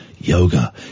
Yoga